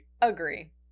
agree